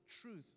truth